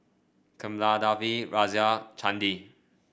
Kamaladevi Razia Chandi